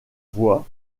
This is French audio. voit